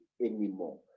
anymore